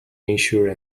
ensure